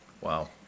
Wow